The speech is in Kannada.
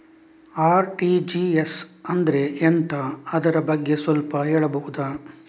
ಆರ್.ಟಿ.ಜಿ.ಎಸ್ ಅಂದ್ರೆ ಎಂತ ಅದರ ಬಗ್ಗೆ ಸ್ವಲ್ಪ ಹೇಳಬಹುದ?